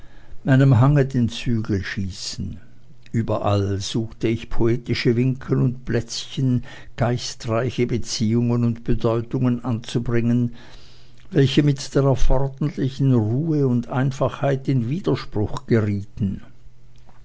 meinem hange den zügel schießen überall suchte ich poetische winkel und plätzchen geistreiche beziehungen und bedeutungen anzubringen welche mit der erforderlichen ruhe und einfachheit in widerspruch gerieten